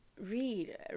read